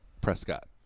Prescott